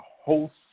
host